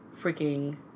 freaking